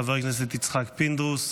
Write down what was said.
חבר הכנסת יצחק פינדרוס,